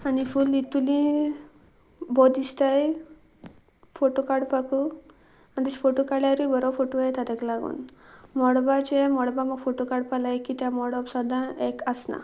आनी फूल हितुली बरें दिसताय फोटो काडपाकू आनीस फोटो काडल्यारूय बरो फोटो येता ताका लागून मळबाचे मळबा म्हाका फोटो काडपा लायक की त्या मळब सद्दां एक आसना